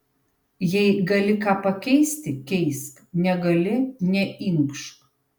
jei gali ką pakeisti keisk negali neinkšk